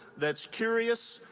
that's curious,